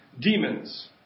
demons